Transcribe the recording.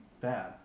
bad